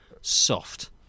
soft